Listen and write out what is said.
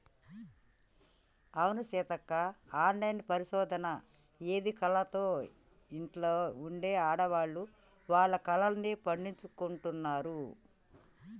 అవును సీతక్క ఆన్లైన్ పరిశోధన ఎదికలతో ఇంట్లో ఉండే ఆడవాళ్లు వాళ్ల కలల్ని పండించుకుంటున్నారు